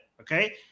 okay